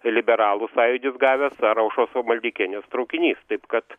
liberalų sąjūdis gavęs ar aušros maldeikienės traukinys taip kad